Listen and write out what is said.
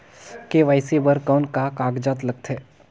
KYC बर कौन का कागजात लगथे?